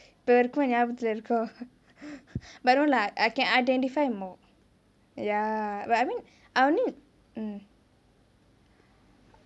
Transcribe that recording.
இப்பே வரைக்கு ஞாபகத்துலே இருக்கோ:ippae varaiku nyaabagathulae irukko but no lah I can identify more ya but I mean I only mm